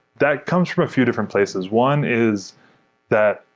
that comes from a few different places. one is that,